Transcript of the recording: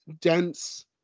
dense